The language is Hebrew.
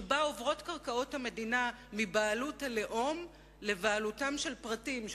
שבה עוברות קרקעות המדינה מבעלות הלאום לבעלותם של פרטים,